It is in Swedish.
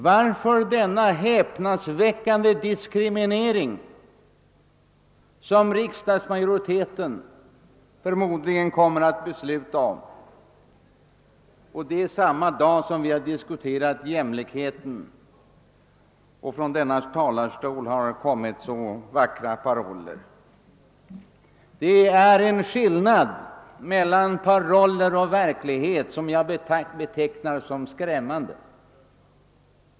Varför denna häpnadsväckande diskriminering, som riksdagsmajoriteten förmodligen kommer att besluta sig för — och det samma dag som vi här diskuterat jämlikheten och som det från denna talarstol har framförts så många vackra paroller om den? Det är en skillnad mellan paroller och verklighet som jag betecknar som skrämmande.